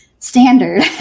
standard